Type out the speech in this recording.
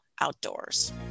outdoors